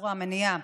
זרוע המניעה,